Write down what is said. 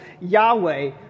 Yahweh